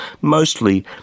mostly